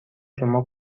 شما